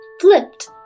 flipped